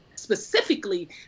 Specifically